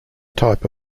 type